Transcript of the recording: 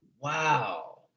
Wow